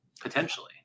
potentially